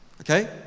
okay